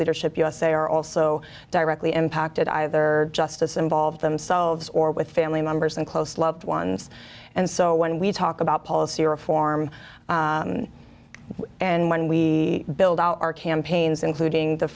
leadership usa are also directly impacted either justice involved themselves or with family members and close loved ones and so when we talk about policy reform and when we build our campaigns including the